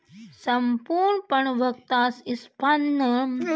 सम्पूर्ण प्रभुत्व संपन्न अंतरराष्ट्रीय स्तर पर निवेश करता है